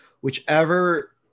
Whichever